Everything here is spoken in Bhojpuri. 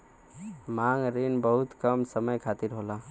मांग रिन बहुत कम समय खातिर होला